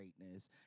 greatness